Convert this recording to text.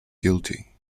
guilty